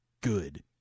good